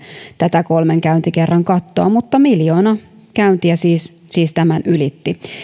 tätä kolmen käyntikerran kattoa mutta miljoona käyntiä siis siis tämän ylitti